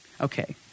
Okay